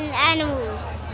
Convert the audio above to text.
animals.